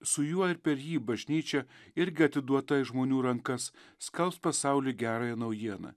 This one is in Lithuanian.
su juo ir per jį bažnyčia irgi atiduota į žmonių rankas skelbs pasauly gerąją naujieną